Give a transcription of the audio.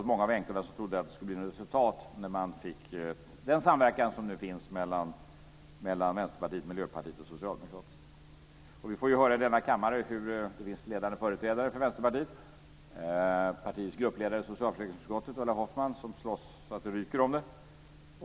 Många av änkorna trodde förstås att det skulle bli något resultat när man fick den samverkan som nu finns mellan Vi får ju höra i denna kammare hur ledande företrädare för Vänsterpartiet, som partiets gruppledare i socialförsäkringsutskottet Ulla Hoffmann, slåss så att det ryker om det.